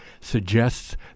suggests